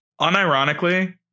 unironically